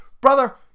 brother